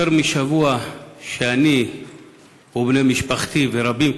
יותר משבוע שאני ובני משפחתי, ורבים כמוני,